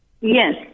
Yes